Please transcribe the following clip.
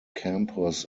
campus